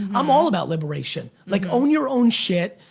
i'm all about liberation. like own your own shit,